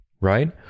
right